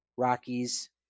Rockies